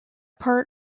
part